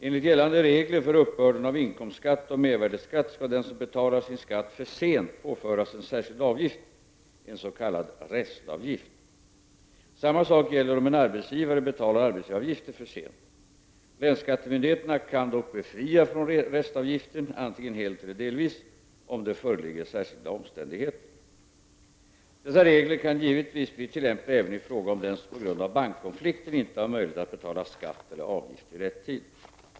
Enligt gällande lagregler för uppbörden av inkomstskatt och mervärdeskatt skall den som betalar sin skatt för sent påföras en särskild avgift, en s.k. restavgift. Samma sak gäller om en arbetsgivare betalar arbetsgivaravgifter för sent. Länsskattemyndigheterna kan dock befria från restavgiften — antingen helt eller delvis — om det föreligger särskilda omständigheter. Dessa regler kan givetvis bli tillämpliga även i fråga om den som på grund av bankkonflikten inte har möjligheter att betala skatt eller avgift i rätt tid.